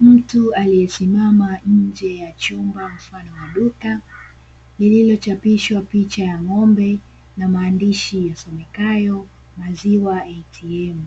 Mtu aliyesimama nje ya chumba mfano wa duka lililochapishwa picha ya ng'ombe na maabdishi yasomekayo "Maziwa ATM",